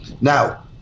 Now